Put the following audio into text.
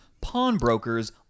pawnbrokers